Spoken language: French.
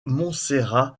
montserrat